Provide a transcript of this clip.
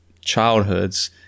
childhoods